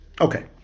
Okay